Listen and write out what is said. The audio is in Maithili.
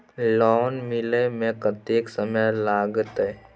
लोन मिले में कत्ते समय लागते?